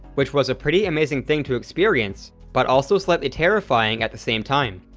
which was a pretty amazing thing to experience, but also slightly terrifying at the same time.